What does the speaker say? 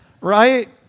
right